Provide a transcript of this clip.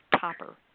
topper